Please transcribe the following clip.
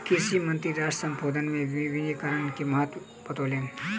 कृषि मंत्री राष्ट्र सम्बोधन मे वनीकरण के महत्त्व बतौलैन